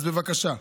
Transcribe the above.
אז בבקשה,